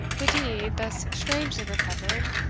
the deed, thus strangely recovered,